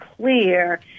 clear